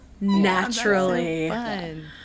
Naturally